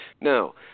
Now